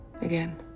again